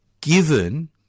given